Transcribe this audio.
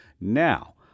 Now